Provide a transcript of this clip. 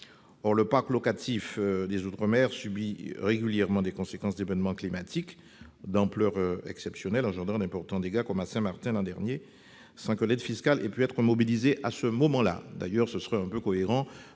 Le parc locatif des outre-mer subit régulièrement les conséquences d'événements climatiques d'ampleur exceptionnelle engendrant d'importants dégâts, comme celui qui a frappé Saint-Martin l'an dernier, sans que l'aide fiscale ait pu être mobilisée à ce moment-là. Cette mesure serait cohérente